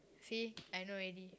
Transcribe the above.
see I know already